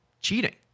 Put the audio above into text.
cheating